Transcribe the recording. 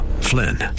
Flynn